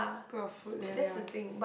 put your food there ya